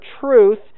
truth